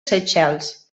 seychelles